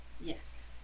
Yes